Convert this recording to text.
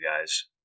guys